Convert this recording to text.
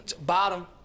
bottom